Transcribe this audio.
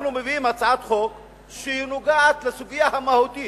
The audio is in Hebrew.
אנחנו מביאים הצעת חוק שנוגעת לסוגיה המהותית,